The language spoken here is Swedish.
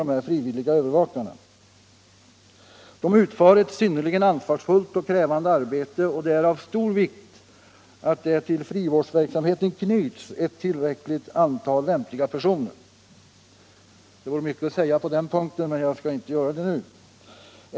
De frivilliga övervakarna utför ett synnerligen ansvarsfullt och krävande arbete, och det är av stor vikt att det till frivårdsverksamheten knyts ett tillräckligt antal lämpliga personer. Det vore mycket att säga på den punkten, men jag skall inte göra det nu.